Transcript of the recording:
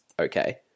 okay